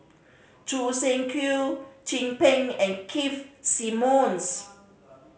Choo Seng Quee Chin Peng and Keith Simmons